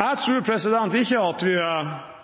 Jeg tror ikke at vi